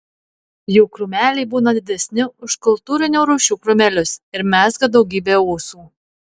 jų krūmeliai būna didesni už kultūrinių rūšių krūmelius ir mezga daugybę ūsų